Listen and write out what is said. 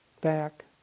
back